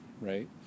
right